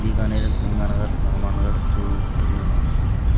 बीकानेर गंगानगर अरमानगढ़ चोरू झुंझुनू